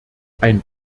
ein